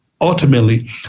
Ultimately